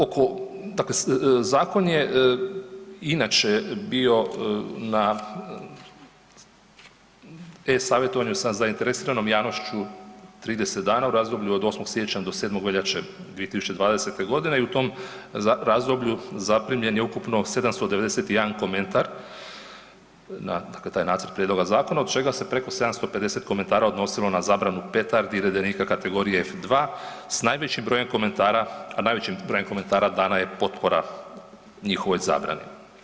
Oko, dakle zakon je inače bio na e-savjetovanju sa zainteresiranom javnošću 30 dana u razdoblju od 8. siječnja do 7. veljače 2020.g. i u tom razdoblju zaprimljen je ukupno 791 komentar na taj nacrt prijedloga zakona, od čega se preko 750 komentara odnosilo na zabranu petardi i redenika kategorije F2 s najvećim brojem komentara, a najvećem broju komentara dana je potpora njihovoj zabrani.